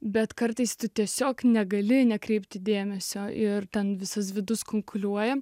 bet kartais tiesiog negali nekreipti dėmesio ir ten visas vidus kunkuliuoja